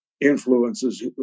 influences